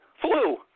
Flu